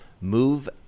Move